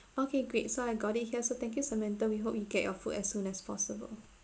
okay great so I got it here so thank you samantha we hope you get your food as soon as possible